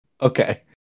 Okay